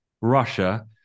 Russia